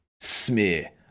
smear